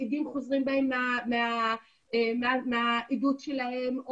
עדים חוזרים בהם מהעדות שלהם,